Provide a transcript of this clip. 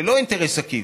זה לא אינטרס עקיף.